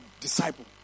disciple